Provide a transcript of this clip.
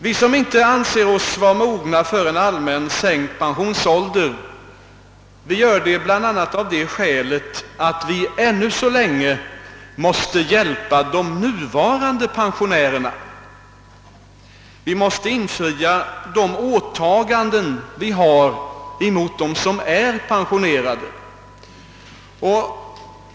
Vi som inte anser oss vara mogna för en allmän, sänkt pensionsålder motiverar vårt ställningstagande med att vi ännu så länge måste hjälpa de nuvarande pensionärerna. Vi måste infria de åtaganden vi har gjort gentemot dem som redan är pensionerade.